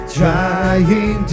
trying